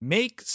Make